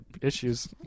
issues